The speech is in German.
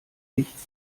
lichts